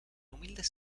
humildes